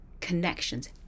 connections